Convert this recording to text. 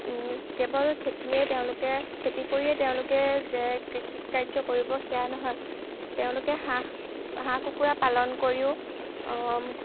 কেৱল খেতিয়ে তেওঁলোকে খেতি কৰিয়ে তেওঁলোকে যে কৃষিকাৰ্য কৰিব সেয়া নহয় তেওঁলোকে হাঁহ হাঁহ কুকুৰা পালন কৰিও